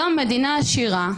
היום המדינה עשירה,